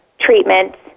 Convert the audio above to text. treatments